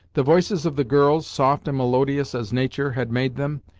the voices of the girls, soft and melodious as nature had made them,